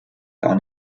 gar